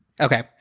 Okay